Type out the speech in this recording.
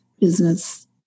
business